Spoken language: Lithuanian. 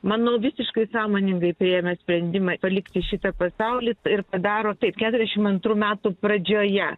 manau visiškai sąmoningai priėmė sprendimą palikti šitą pasaulį ir padaro taip keturiasdešim antrų metų pradžioje